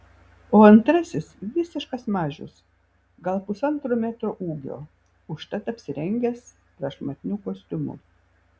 o antrasis visiškas mažius gal pusantro metro ūgio užtat apsirengęs prašmatniu kostiumu